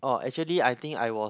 uh actually I think I was